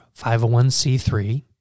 501c3